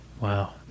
Wow